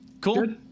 Cool